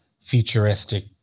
futuristic